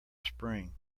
spring